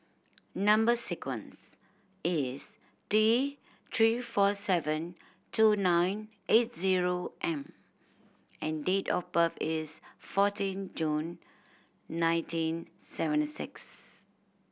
number sequence is T Three four seven two nine eight zero M and date of birth is fourteen June nineteen seventy six